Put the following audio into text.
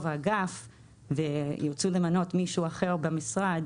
את האגף וירצו למנות מישהו אחר במשרד